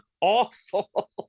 awful